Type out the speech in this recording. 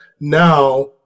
now